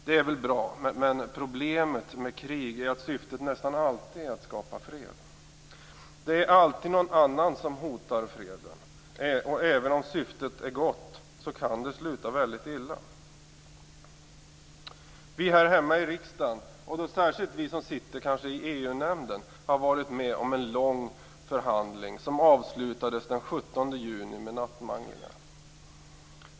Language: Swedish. Det är väl bra, men problemet med krig är att syftet nästan alltid är att skapa fred. Det är alltid någon annan som hotar freden, och även om syftet är gott kan det sluta väldigt illa. Vi här hemma i riksdagen, kanske särskilt vi som sitter i EU-nämnden, har varit med om en lång förhandling som avslutades med nattmanglingar den 17 juni.